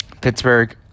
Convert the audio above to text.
Pittsburgh